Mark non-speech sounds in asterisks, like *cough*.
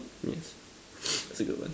yes *noise* I said goodbye